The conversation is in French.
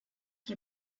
qui